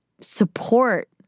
support